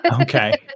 Okay